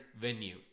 venue